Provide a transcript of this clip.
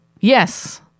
Yes